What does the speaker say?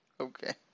Okay